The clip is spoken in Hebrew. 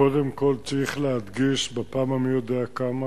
קודם כול, צריך להדגיש בפעם המי יודע כמה,